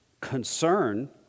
concern